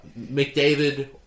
McDavid